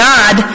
God